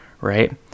right